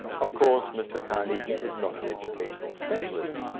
of course, mr. carnegie is not an educational specialist,